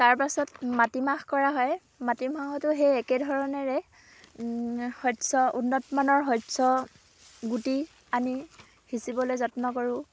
তাৰ পাছত মাটিমাহ কৰা হয় মাটিমাহতো সেই একেধৰণেৰে শস্য উন্নতমানৰ শস্যৰ গুটি আনি সিঁচিবলৈ যত্ন কৰোঁ